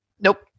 Nope